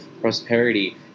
prosperity